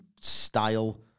style